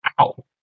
Ow